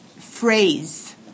phrase